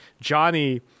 Johnny